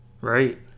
right